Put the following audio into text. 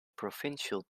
provincial